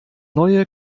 neue